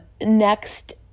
Next